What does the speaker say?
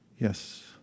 Yes